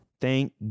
Thank